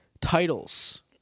titles